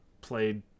played